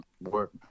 work